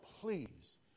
please